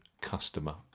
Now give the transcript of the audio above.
customer